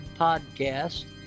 podcast